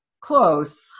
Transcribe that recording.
Close